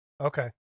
Okay